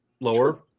lower